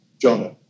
Jonah